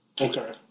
Okay